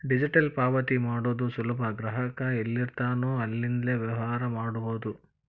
digital ಪಾವತಿ ಮಾಡೋದು ಸುಲಭ ಗ್ರಾಹಕ ಎಲ್ಲಿರ್ತಾನೋ ಅಲ್ಲಿಂದ್ಲೇ ವ್ಯವಹಾರ ಮಾಡಬೋದು